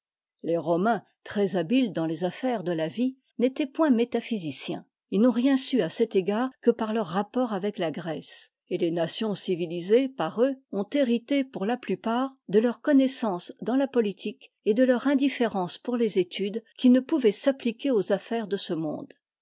les romains très habités dans les affaires de la vie n'étaient point métaphysiciens ils n'ont rien su à cet égard que par leurs rapports avec la grèce et les nations civilisées par eux ont hérité pour la plupart de leurs connaissances dans la politique et de leur indifférence pour les études qui ne pouvaient s'appliquer aux affaires de ce monde